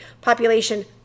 population